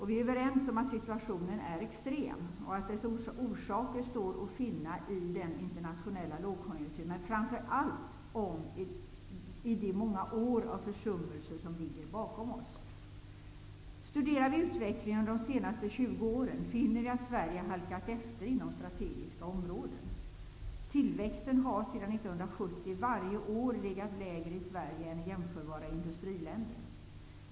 Vi är överens om att situationen är extrem och att dess orsaker står att finna i den internationella lågkonjunkturen men framför allt i de många år av försummelser som ligger bakom oss. Studerar vi utvecklingen under de senaste 20 åren finner vi att Sverige halkat efter inom strategiska områden. Tillväxten har sedan 1970 varje år legat lägre i Sverige än i jämförbara industriländer.